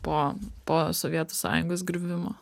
po po sovietų sąjungos griuvimo